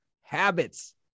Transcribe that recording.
habits